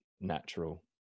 natural